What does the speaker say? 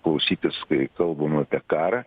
klausytis kai kalbam apie karą